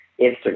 Instagram